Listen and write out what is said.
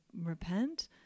repent